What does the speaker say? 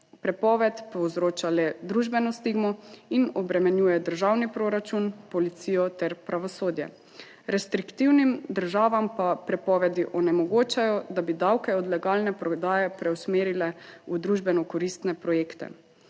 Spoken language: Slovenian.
Prepoved povzroča le družbeno stigmo in obremenjuje državni proračun, policijo ter pravosodje. Restriktivnim državam pa prepovedi onemogočajo, da bi davke od legalne prodaje preusmerile v družbeno koristne projekte.